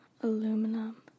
aluminum